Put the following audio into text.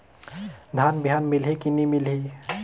धान बिहान मिलही की नी मिलही?